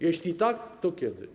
Jeśli tak, to kiedy?